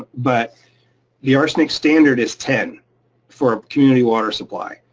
but the arsenic standard is ten for a community water supply.